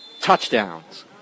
touchdowns